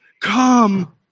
come